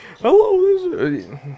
hello